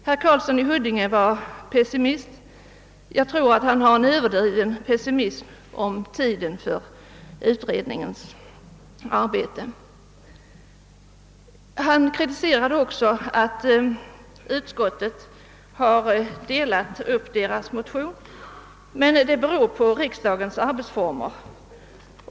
Herr Karlsson i Huddinge var pessimist; jag tror att han är överdrivet pessimistisk beträffande den tid utredningen behöver för sitt arbete. Han kritiserade också utskottet för att det delat upp deras motion. Men det sammanhänger med riksdagens arbetsformer.